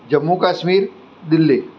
Jammu Kashmir Delhi